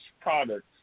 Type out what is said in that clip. products